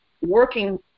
working